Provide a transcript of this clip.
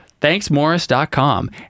thanksmorris.com